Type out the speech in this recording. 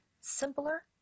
simpler